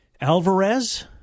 Alvarez